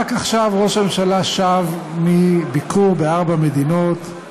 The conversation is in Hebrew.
רק עכשיו ראש הממשלה שב מביקור בארבע מדינות,